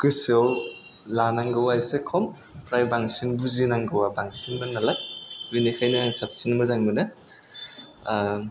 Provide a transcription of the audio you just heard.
गोसोयाव लानांगौआ एसे खम ओमफ्राय बांसिन बुजिनांगौआ बांसिनमोन नालाय बेनिखायनो आं साबसिन मोजां मोनो